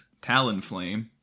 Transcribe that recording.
Talonflame